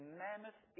mammoth